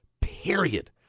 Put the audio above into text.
Period